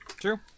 True